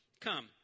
Come